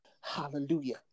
hallelujah